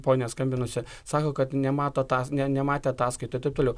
ponia skambinusi sako kad nemato tą ne nematė ataskaitoj ir taip toliau